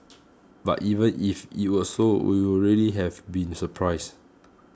but even if it were so we would really have been surprised